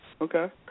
Okay